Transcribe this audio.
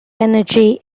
energy